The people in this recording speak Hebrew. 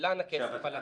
לאן הכסף הלך.